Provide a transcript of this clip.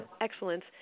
excellence